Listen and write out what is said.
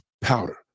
powder